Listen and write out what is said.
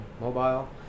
mobile